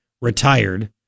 retired